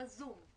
זה בזום.